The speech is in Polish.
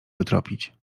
wytropić